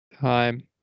Time